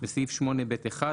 בסעיף 8(ב)(1),